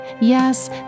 Yes